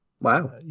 Wow